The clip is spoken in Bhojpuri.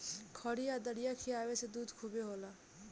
खरी आ दरिया खिआवे से दूध खूबे होला